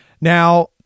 Now